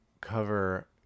cover